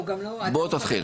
תתחיל.